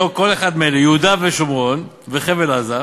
כל אחד מאלה: יהודה ושומרון וחבל-עזה,